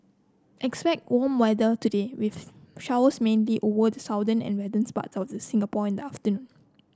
expect warm weather today with showers mainly over the southern and westerns parts of the Singapore in the afternoon